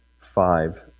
five